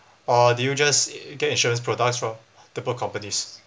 or did you just get insurance products from multiple companies